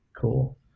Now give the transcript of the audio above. Cool